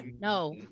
no